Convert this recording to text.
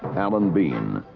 alan bean,